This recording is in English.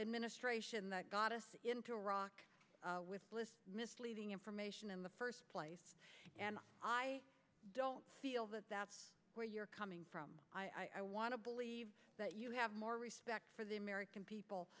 administration that got us into iraq with misleading information in the first place and i don't feel that that's where you're coming from i want to believe that you have more respect for the american people